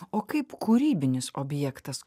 o kaip kūrybinis objektas